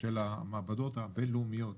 של המעבדות הבינלאומיות,